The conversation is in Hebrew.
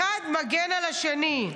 אחד מגן על השני.